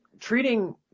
treating